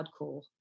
hardcore